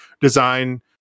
design